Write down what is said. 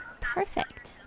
Perfect